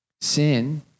Sin